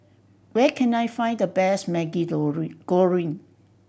where can I find the best Maggi Goreng goreng